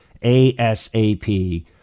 ASAP